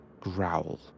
growl